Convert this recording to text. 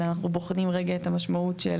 אלא אנחנו בוחנים רגע את המשמעות של